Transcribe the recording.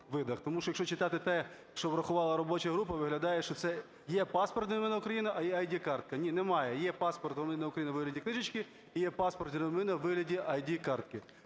Тому що, якщо читати те, що врахувала робоча група, виглядає, що це є паспорт громадянина України, а є ID-картка. Ні, немає, є паспорт громадянина України у вигляді книжечки, і є паспорт громадянина України у вигляді ID-картки.